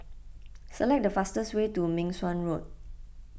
select the fastest way to Meng Suan Road